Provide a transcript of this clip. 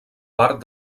part